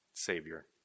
Savior